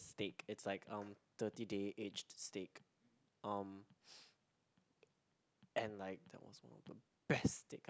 steak it's like um thirty day aged steak um and like that was one of the best steak I